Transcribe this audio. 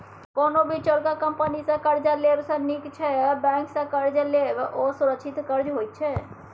कोनो भी चोरका कंपनी सँ कर्जा लेब सँ नीक छै बैंक सँ कर्ज लेब, ओ सुरक्षित कर्ज होइत छै